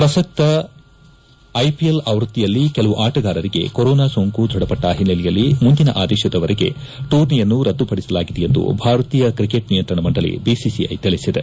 ಪ್ರಸಕ್ತ ಐಪಿಎಲ್ ಆವೃತ್ತಿಯಲ್ಲಿ ಕೆಲವು ಆಟಗಾರರಿಗೆ ಕೊರೊನಾ ಸೋಂಕು ದೃಢಪಟ್ಟ ಹಿನ್ನೆಲೆಯಲ್ಲಿ ಮುಂದಿನ ಆದೇಶದವರೆಗೆ ಭೂರ್ನಿಯನ್ನು ರದ್ದುಪಡಿಸಲಾಗಿದೆ ಎಂದು ಭಾರತೀಯ ಕ್ರಿಕೆಟ್ ನಿಯಂತ್ರಣ ಮಂಡಳಿ ಬಿಸಿಸಿಐ ತಿಳಿಸಿದೆ